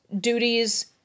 duties